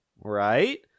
right